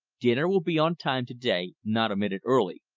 dinner will be on time to-day not a minute early,